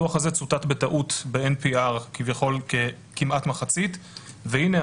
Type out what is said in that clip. הדוח הזה צוטט בטעות ב-NPR כביכול ככמעט מחצית והנה,